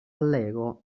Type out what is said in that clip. allegro